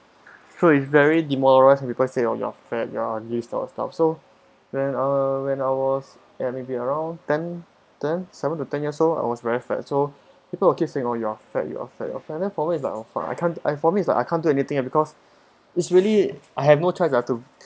so it's very demoralise when people say you're you're fat ya this type of stuff so when uh when I was at maybe around ten ten seven to ten years old ah I was very fat so people will keep saying oh you're fat you're fat and then for me it was like I can't I for me it's like I can't do anything eh because it's really I have no choice ah to